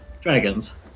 dragons